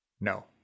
No